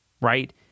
right